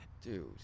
dude